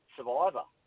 Survivor